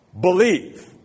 believe